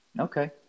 Okay